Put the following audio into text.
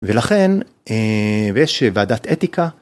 ולכן ויש ועדת אתיקה.